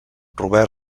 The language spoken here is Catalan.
robert